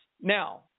Now